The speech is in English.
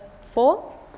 four